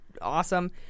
awesome